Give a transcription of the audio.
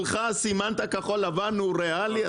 הוא שלך אז סימנת כחול לבן הוא ריאלי,